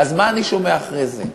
אז מה אני שומע אחרי זה?